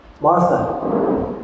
Martha